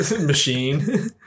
machine